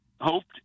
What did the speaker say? hoped